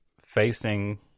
facing